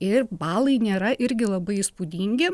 ir balai nėra irgi labai įspūdingi